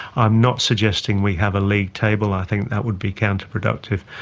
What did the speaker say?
i'm not suggesting we have a league table, i think that would be counter-productive,